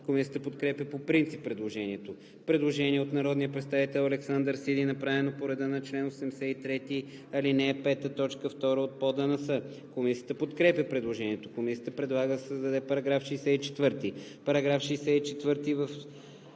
Комисията подкрепя по принцип предложението. Предложение на народния представител Александър Сиди, направено по реда на чл. 83, ал. 5, т. 2 от ПОДНС. Комисията подкрепя предложението. Комисията предлага да се създаде § 64: „§ 64.